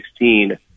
2016